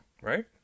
Right